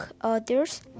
others